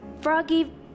Froggy